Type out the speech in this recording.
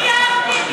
מיליארדים.